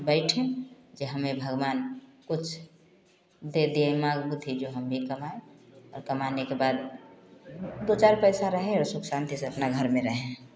बैठे कि हमें भगवान कुछ दे दे दिमाग बुद्धि जो हम भी कमाएँ और कमाने के बाद दो चार पैसा रहे सुख शांति से अपना घर में रहें